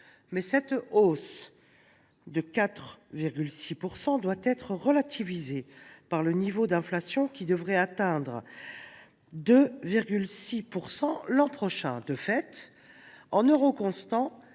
mais cette hausse de 4,6 % doit être relativisée au vu du niveau de l’inflation, qui devrait atteindre 2,6 % l’an prochain. De fait, en euros constants,